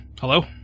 hello